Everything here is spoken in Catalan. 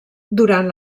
durant